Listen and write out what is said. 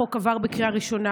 החוק עבר בקריאה הראשונה,